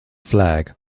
flag